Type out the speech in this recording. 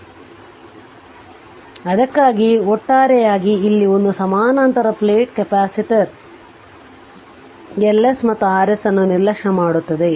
ಆದ್ದರಿಂದ ಅದಕ್ಕಾಗಿಯೇ ಒಟ್ಟಾರೆಯಾಗಿ ಇಲ್ಲಿ ಒಂದು ಸಮಾನಾಂತರ ಪ್ಲೇಟ್ ಕೆಪಾಸಿಟರ್ Ls ಮತ್ತು Rs ಅನ್ನು ನಿರ್ಲಕ್ಷ್ಯ ಮಾಡುತ್ತದೆ